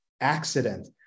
accident